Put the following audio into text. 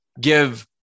give